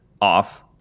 off